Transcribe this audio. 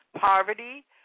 Poverty